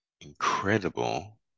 incredible